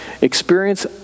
experience